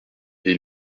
est